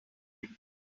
that